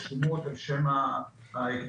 ורשומות על-שם ה ---.